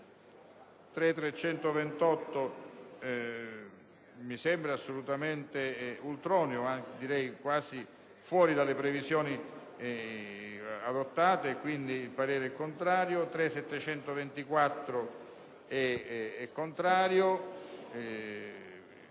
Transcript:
3.328 mi sembra assolutamente ultroneo, anzi, direi quasi fuori dalle previsioni adottate e quindi il parere è contrario. Il parere è contrario